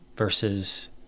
Versus